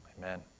Amen